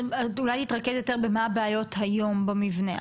אולי נתרכז יותר במה הבעיות היום במבנה,